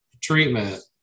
treatment